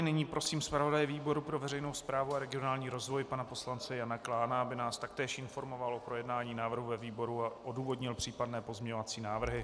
Nyní prosím zpravodaje výboru pro veřejnou správu a regionální rozvoj pana poslance Jana Klána, aby nás taktéž informoval o projednání návrhu ve výboru a odůvodnil případné pozměňovací návrhy.